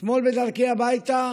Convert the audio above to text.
אתמול בדרכי הביתה